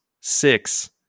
six